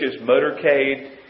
motorcade